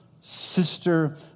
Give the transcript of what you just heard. sister